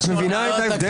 את מבינה את ההבדל?